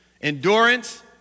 endurance